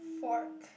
fork